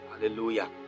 Hallelujah